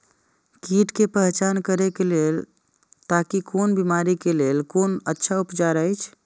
कीट के पहचान करे के लेल ताकि कोन बिमारी के लेल कोन अच्छा उपचार अछि?